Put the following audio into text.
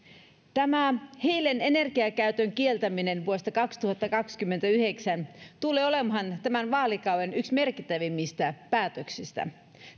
tämä hiilen energiakäytön kieltäminen vuodesta kaksituhattakaksikymmentäyhdeksän tulee olemaan tämän vaalikauden yksi merkittävimmistä päätöksistä